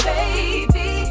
Baby